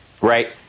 Right